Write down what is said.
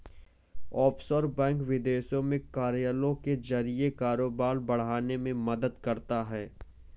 offshore bank विदेश में कार्यालयों के जरिए कारोबार बढ़ाने में मदद करता है